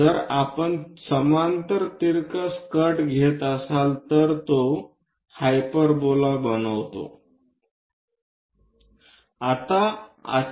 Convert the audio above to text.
जर आपण समांतर तिरकस कट घेत असाल तर तो हाइपरबोला बनवितो आणि इतर कोणताही सेक्शन हाइपरबोला बनवितो